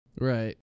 Right